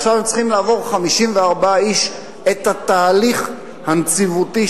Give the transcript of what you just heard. ועכשיו 54 איש צריכים לעבור את התהליך הנציבותי,